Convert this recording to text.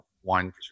one